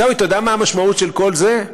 עיסאווי, אתה יודע מה המשמעות של כל זה?